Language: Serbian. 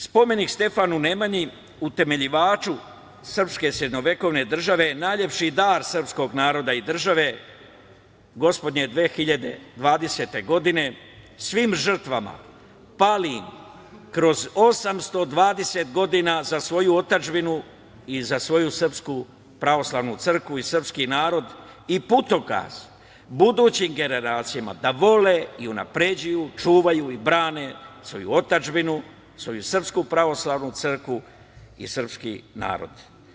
Spomenik Stefanu Nemanji, utemeljivaču srpske srednjovekovne države, najlepši dar srpskog naroda i države gospodnje 2020. godine svim žrtvama palim kroz 820 godina za svoju otadžbinu i za svoju Srpsku Pravoslavnu Crkvu i srpski narod i putokaz budućim generacijama da vole i unapređuju, čuvaju i brane svoju otadžbinu, svoju Srpsku Pravoslavnu Crkvu i srpski narod.